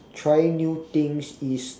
trying new things is